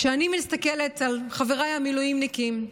כשאני מסתכלת על חבריי המילואימניקים,